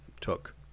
took